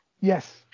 Yes